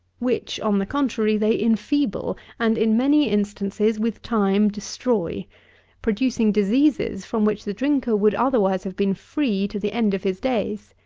which, on the contrary, they enfeeble, and, in many instances, with time, destroy producing diseases from which the drinker would otherwise have been free to the end of his days.